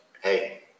hey